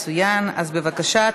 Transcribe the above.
מצוין, אז בבקשה.